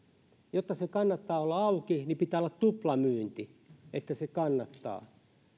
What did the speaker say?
jotta sen kannattaa olla auki niin pitää olla tuplamyynti